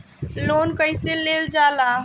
Loan कईसे लेल जाला?